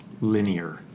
linear